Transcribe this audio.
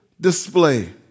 display